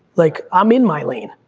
like i'm in my lane.